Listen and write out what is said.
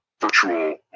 virtual